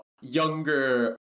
younger